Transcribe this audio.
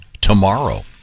tomorrow